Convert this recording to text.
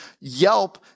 Yelp